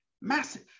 Massive